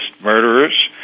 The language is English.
murderers